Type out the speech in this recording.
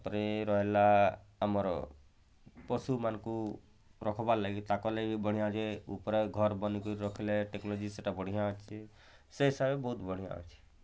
ତା'ପରେ ରହିଲା ଆମର ପଶୁମାନଙ୍କୁ ରଖବା ଲାଗି ତାଙ୍କର୍ ଲାଗି ବି ବଢ଼ିଆଁ ଯେ ଘର୍ ବନିକରି ରଖଲେ ଟେକ୍ନୋଲୋଜି ସେଟା ବଢ଼ିଆ ଅଛେ ସେ ହିସାବରେ ବହୁତ୍ ବଢ଼ିଆ ଅଛି